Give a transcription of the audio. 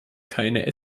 keine